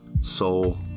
soul